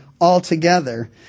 altogether